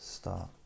Start